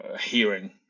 hearing